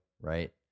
right